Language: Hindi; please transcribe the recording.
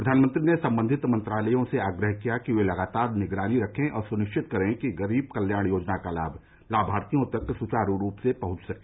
प्रधानमंत्री ने सम्बंधित मंत्रालयों से आग्रह किया कि वे लगातार निगरानी रखें और सुनिश्चित करें कि गरीब कल्याण योजना का लाभ लाभार्थियों तक सुचारू रूप से पहुंच सके